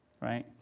right